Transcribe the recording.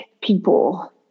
people